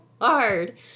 hard